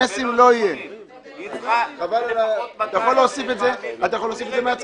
אתה יכול להוסיף את זה מעצמך,